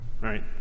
right